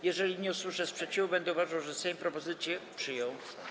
Jeżeli nie usłyszę sprzeciwu, będę uważał, że Sejm propozycję przyjął.